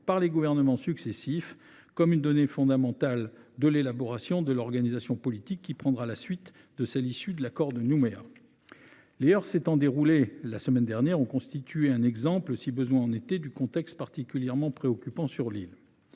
par les gouvernements successifs constitue une donnée fondamentale de l’élaboration de l’organisation politique qui prendra la suite de celle issue de l’accord de Nouméa. Les heurts qui se sont déroulés la semaine dernière ont constitué un exemple, si besoin en était, du contexte particulièrement préoccupant sur l’île.